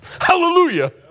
Hallelujah